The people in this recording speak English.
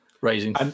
raising